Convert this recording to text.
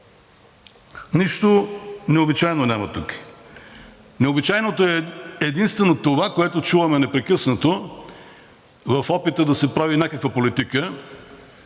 Нищо необичайно няма тук. Необичайното е единствено в това, което чуваме непрекъснато, в опита да се прави някаква политика,